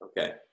Okay